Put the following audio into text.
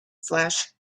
flesh